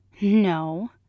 No